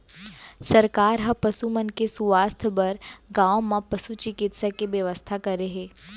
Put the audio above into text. सरकार ह पसु मन के सुवास्थ बर गॉंव मन म पसु चिकित्सा के बेवस्था करे हे